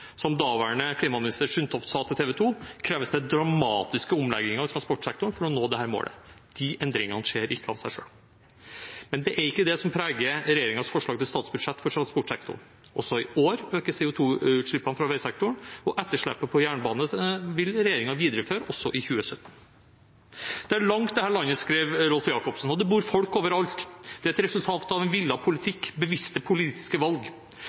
Som daværende klima- og miljøminister Sundtoft sa til TV 2, kreves det dramatiske omlegginger i transportsektoren for å nå dette målet. De endringene skjer ikke av seg selv. Men det er ikke det som preger regjeringens forslag til statsbudsjett for transportsektoren. Også i år øker CO 2 -utslippene fra veisektoren, og etterslepet på jernbane vil regjeringen videreføre også i 2017. «Det er langt dette landet», skrev Rolf Jacobsen. Og det bor folk overalt. Det er et resultat av villet politikk, bevisste politiske valg.